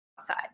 outside